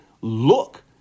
look